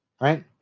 Right